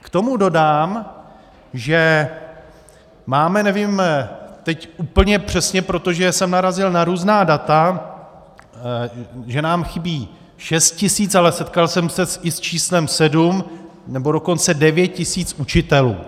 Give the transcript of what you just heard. K tomu dodám, že máme, teď nevím úplně přesně, protože jsem narazil na různá data, že nám chybí šest tisíc, ale setkal jsem se i s číslem sedm, nebo dokonce devět tisíc učitelů.